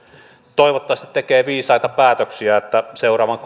toivottavasti tekee viisaita päätöksiä niin että seuraavan